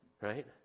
Right